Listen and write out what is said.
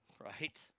right